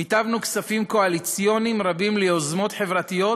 ניתבנו כספים קואליציוניים רבים ליוזמות חברתיות,